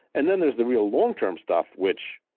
and then, there's the real long term stuff, which,